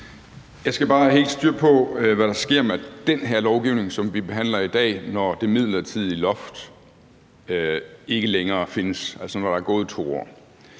Jeg skal bare have helt styr på, hvad der sker med den her lovgivning, som vi behandler i dag, når det midlertidige loft ikke længere findes, altså når der er gået 2 år.